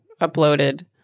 uploaded